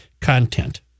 content